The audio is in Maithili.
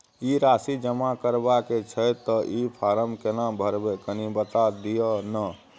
ई राशि जमा करबा के छै त ई फारम केना भरबै, कनी बता दिय न?